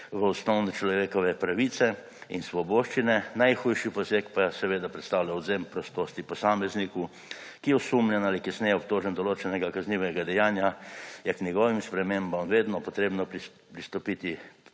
v osnovne človekove pravice in svoboščine, najhujši poseg pa seveda predstavlja odvzem prostosti posamezniku, ki je osumljen ali kasneje obtožen določenega kaznivega dejanja, je k njegovim spremembam vedno potrebno pristopiti